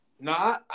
No